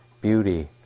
beauty